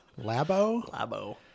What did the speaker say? labo